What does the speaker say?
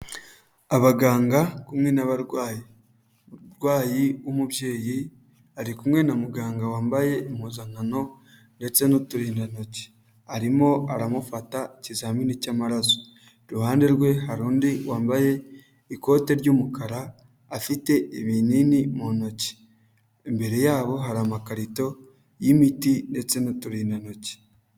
Abaganga bari kumwe n'abarwayi. Umurwayi w'umubyeyi ari kumwe na muganga wambaye impuzankano ndetse n'uturindantoki. Arimo aramufata ikizamini cy'amaraso. Iruhande rwe hari undi wambaye ikote ry'umukara afite ibinini mu ntoki. Imbere yabo hari amakarito y'imiti ndetse n'uturindantoki.